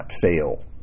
fail